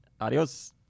Adios